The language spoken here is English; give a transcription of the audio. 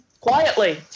quietly